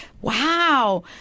Wow